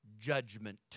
judgment